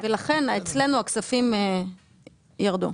לכן אצלנו הכספים ירדו.